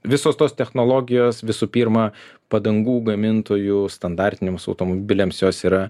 visos tos technologijos visų pirma padangų gamintojų standartiniams automobiliams jos yra